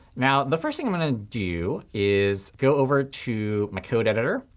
now, the first thing i'm going to do is go over to my code editor.